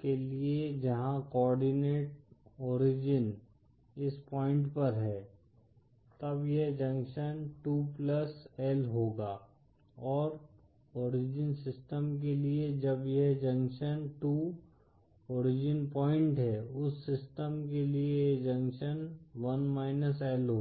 के लिए जहां कोआर्डिनेट ओरिजिन इस पॉइंट पर है तब यह जंक्शन 2 L होगा और ओरिजिन सिस्टम के लिए जब यह जंक्शन 2 ओरिजिन पॉइंट है उस सिस्टम के लिए यह जंक्शन 1 L होगा